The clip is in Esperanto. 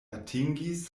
atingis